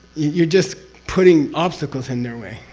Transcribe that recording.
you're just putting obstacles in their way.